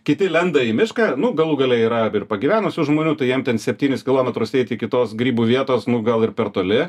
kiti lenda į mišką nu galų gale yra ir pagyvenusių žmonių tai jiem ten septynis kilometrus eit iki tos grybų vietos nu gal ir per toli